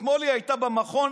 אתמול היא הייתה במכון